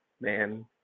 man